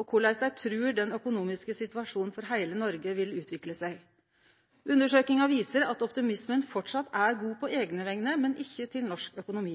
og korleis dei trur den økonomiske situasjonen for heile Noreg vil utvikle seg. Undersøkinga viser at optimismen framleis er god på eigne vegner, men ikkje til norsk økonomi.